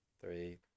Three